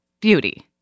beauty